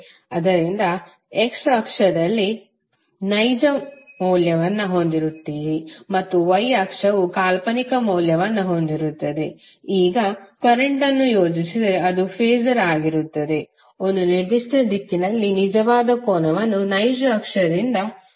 ಆದ್ದರಿಂದ x ಅಕ್ಷದಲ್ಲಿ ನೈಜ ಮೌಲ್ಯವನ್ನು ಹೊಂದಿರುತ್ತೀರಿ ಮತ್ತು y ಅಕ್ಷವು ಕಾಲ್ಪನಿಕ ಮೌಲ್ಯವನ್ನು ಹೊಂದಿರುತ್ತದೆ ಮತ್ತು ಈಗ ಕರೆಂಟ್ಅನ್ನು ಯೋಜಿಸಿದರೆ ಅದು ಫಾಸರ್ ಆಗಿರುತ್ತದೆ ಒಂದು ನಿರ್ದಿಷ್ಟ ದಿಕ್ಕಿನಲ್ಲಿ ನಿಜವಾದ ಕೋನವನ್ನು ನೈಜ ಅಕ್ಷದಿಂದ ಮಾಡುತ್ತದೆ